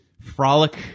frolic